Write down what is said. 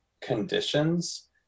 conditions